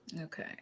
Okay